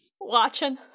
Watching